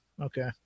okay